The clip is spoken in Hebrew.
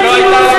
היא הקימה אתכם,